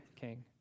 king